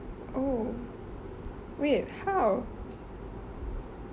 oh wait how